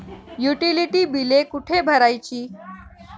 Utility बिले कुठे भरायची?